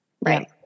Right